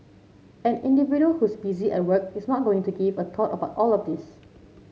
an individual who's busy at work is not going to give a thought about all of this